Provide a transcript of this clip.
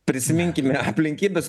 prisiminkime aplinkybes